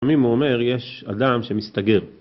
מימו אומר יש אדם שמסתגר